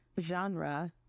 genre